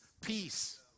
peace